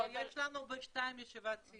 לא, יש לנו בשתיים ישיבת סיעה.